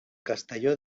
castelló